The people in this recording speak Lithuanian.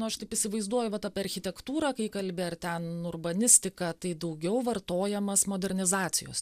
nu aš taip įsivaizduoju vat apie architektūrą kai kalbi ar ten urbanistiką tai daugiau vartojamas modernizacijos